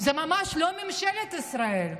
זה ממש לא ממשלת ישראל.